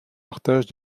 partage